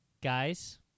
Guys